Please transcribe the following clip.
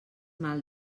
mal